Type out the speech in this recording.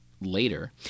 later